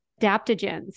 adaptogens